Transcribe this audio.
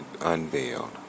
unveiled